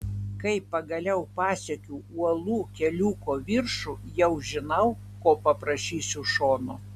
kai pagaliau pasiekiu uolų keliuko viršų jau žinau ko paprašysiu šono